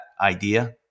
idea